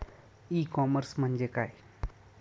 E commerce म्हणजे काय?